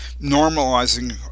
normalizing